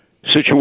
situation